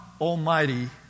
Almighty